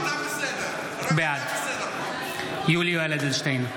בעד יולי יואל אדלשטיין,